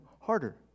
harder